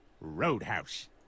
Roadhouse